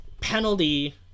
penalty